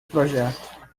projeto